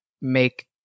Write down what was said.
make